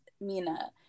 mina